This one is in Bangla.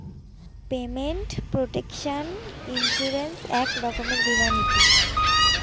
পেমেন্ট প্রটেকশন ইন্সুরেন্স এক রকমের বীমা নীতি